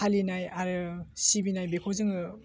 फालिनाय आरो सिबिनाय बेखौ जोङो